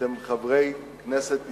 אתם חברי כנסת ישראלים,